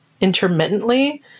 intermittently